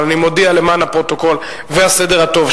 אבל אני מודיע למען הפרוטוקול והסדר הטוב,